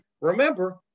remember